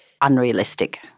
unrealistic